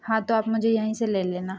हाँ तो आप मुझे यहीं से ले लेना